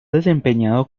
desempeñado